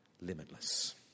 limitless